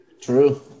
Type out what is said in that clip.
True